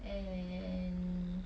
and